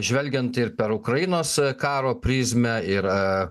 žvelgiant ir per ukrainos karo prizmę ir